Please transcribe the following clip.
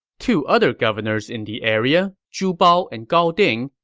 two other governors in the area, zhu bao and gao ding,